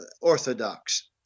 orthodox